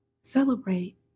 celebrate